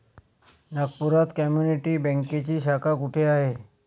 नागपुरात कम्युनिटी बँकेची शाखा कुठे आहे?